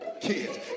kids